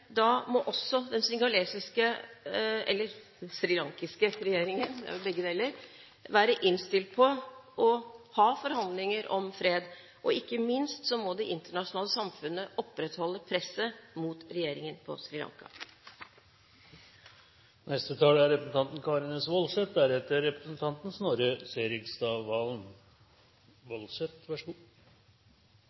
da må også den singalesiske, eller srilankiske, regjeringen – det er vel begge deler – være innstilt på å ha forhandlinger om fred. Ikke minst må det internasjonale samfunnet opprettholde presset mot regjeringen på Sri Lanka.